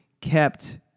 kept